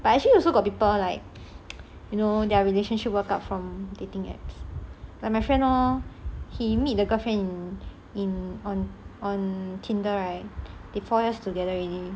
but actually also got people like you know their relationship work up from dating apps like my friend lor he meet the girlfriend in on on tinder right they four years together already